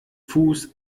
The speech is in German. fuß